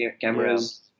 cameras